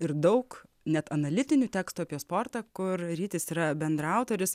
ir daug net analitinių tekstų apie sportą kur rytis yra bendraautoris